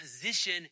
position